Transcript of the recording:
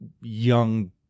young